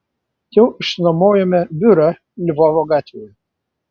jau išsinuomojome biurą lvovo gatvėje